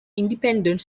independent